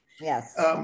Yes